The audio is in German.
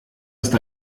ist